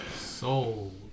sold